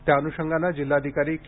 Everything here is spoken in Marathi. त्या अनुषंगाने जिल्हाधिकारी के